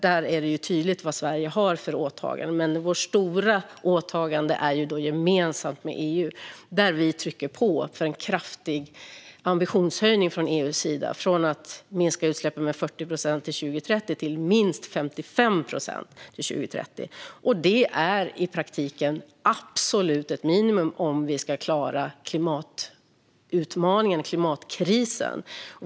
Där är det tydligt vad Sverige har för åtagande. Men vårt stora åtagande är gemensamt med EU. Där trycker vi på för en kraftig ambitionshöjning från EU:s sida - från en minskning av utsläppen med 40 procent till 2030 till en minskning med minst 55 procent till 2030. Det är i praktiken absolut ett minimum om vi ska klara klimatutmaningen - klimatkrisen.